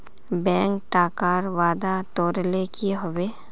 bank टाकार वादा तोरले कि हबे